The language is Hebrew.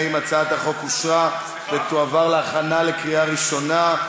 ההצעה להעביר את הצעת חוק לתיקון פקודת מס הכנסה (ניכוי הוצאות הנפקה),